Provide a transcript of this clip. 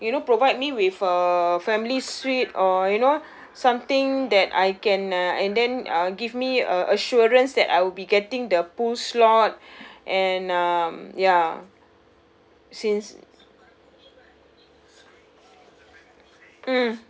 you know provide me with a family suite or you know something that I can uh and then uh give me a~ assurance that I will be getting the pool slot and um ya since mm